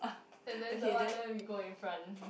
and then no wonder we go in front